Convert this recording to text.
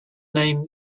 name